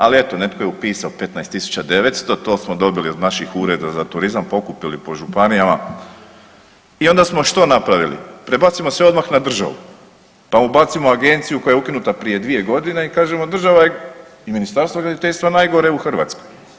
Ali eto, netko je upisao 15.900 to smo dobili od naših ureda za turizam, pokupili po županijama i onda smo što napravili prebacimo sve odmah na državu, pa ubacimo agenciju koja je ukinuta prije 2 godine i kažemo država je i Ministarstvo graditeljstva najgore u Hrvatskoj.